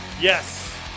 Yes